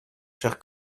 cher